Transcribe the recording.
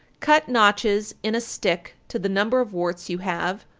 cut notches in a stick to the number of warts you have,